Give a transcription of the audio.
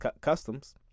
customs